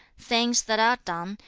things that are done,